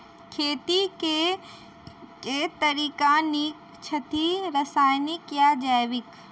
खेती केँ के तरीका नीक छथि, रासायनिक या जैविक?